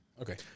Okay